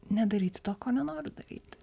nedaryti to ko nenoriu daryti